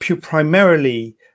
primarily